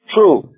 True